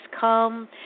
come